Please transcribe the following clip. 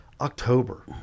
October